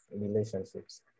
relationships